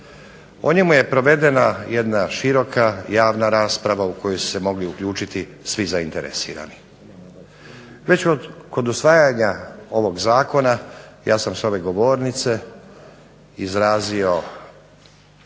O njemu je provedena jedna široka javna rasprava, u koju su se mogli uključiti svi zainteresirani. Već kod usvajanja ovog zakona, ja sam s ove govornice izrazio